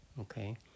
Okay